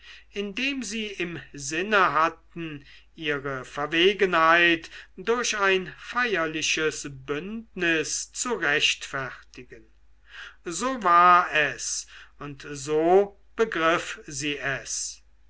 indem sie im sinne hatten ihre verwegenheit durch ein feierliches bündnis zu rechtfertigen so war es und so begriff sie es